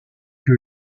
que